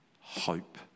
Hope